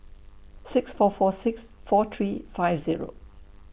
six four four six four three five Zero